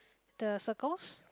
the circles